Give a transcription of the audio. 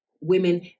women